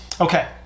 Okay